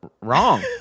Wrong